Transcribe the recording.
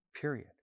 period